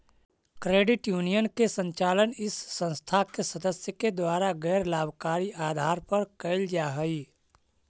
credit union के संचालन इस संस्था के सदस्य के द्वारा गैर लाभकारी आधार पर कैल जा हइ